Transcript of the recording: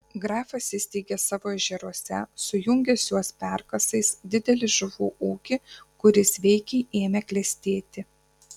grafas įsteigė savo ežeruose sujungęs juos perkasais didelį žuvų ūkį kuris veikiai ėmė klestėti